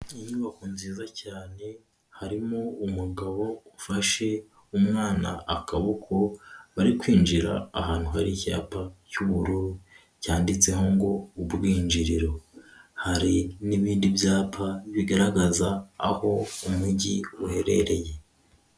Iyi ni inyubako nziza cyane harimo umugabo ufashe umwana akaboko, bari kwinjira ahantu hari icyapa cy'ubururu cyanditseho ngo ubwinjiriro. Hari n'ibindi byapa bigaragaza aho umujyi uherereye.